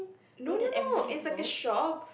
no no no it's like a shop